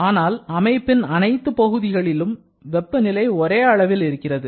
ஆனால் அமைப்பின் அனைத்து பகுதிகளிலும் வெப்பநிலை ஒரே அளவில் இருக்கிறது